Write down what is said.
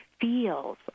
feels